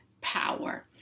power